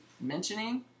mentioning